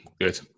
Good